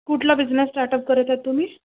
कुठला business startup करत आहेत तुम्ही